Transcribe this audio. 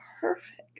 perfect